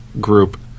group